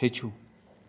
ہیٚچھِو